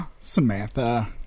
Samantha